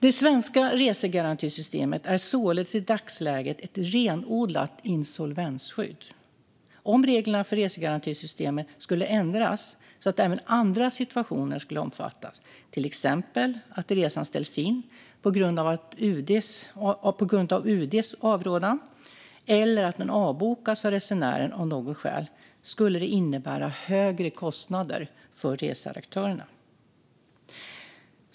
Det svenska resegarantisystemet är således i dagsläget ett renodlat insolvensskydd. Om reglerna för resegarantisystemet skulle ändras så att även andra situationer skulle omfattas, till exempel att resan ställs in på grund av UD:s avrådan eller att den avbokas av resenären av något skäl, skulle det innebära högre kostnader för reseaktörerna.